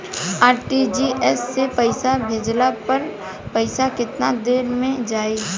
RTGS से पईसा भेजला पर पईसा केतना देर म जाई?